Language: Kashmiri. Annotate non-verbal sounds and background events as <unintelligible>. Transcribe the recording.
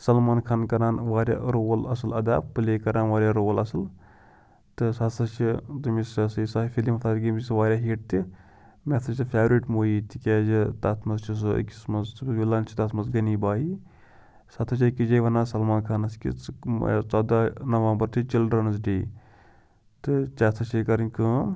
سَلمان خان کَران واریاہ رول اصٕل ادا پٕلے کَران واریاہ رول اصٕل تہٕ سُہ ہسا چھِ تٔمِس ہسا یہِ سا فِلم <unintelligible> ییٚمِس واریاہ ہِٹ تہِ مےٚ ہسا چھِ فیورِٹ موٗوی تِکیٛازِ تتھ منٛز چھُ سُہ أکِس منٛز وِلَن چھِ تَتھ منٛز غنی بھایی <unintelligible> ہسا چھِ أکِس جایہِ ونان سلمان خانس کہِ ژٕ <unintelligible> ژۄداہ نومبر تہِ چِلڈرٛنٕز ڈے تہٕ <unintelligible> چھے کرٕنۍ کٲم